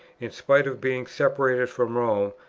in spite of being separated from rome,